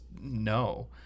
no